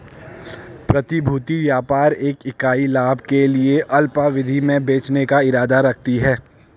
प्रतिभूति व्यापार एक इकाई लाभ के लिए अल्पावधि में बेचने का इरादा रखती है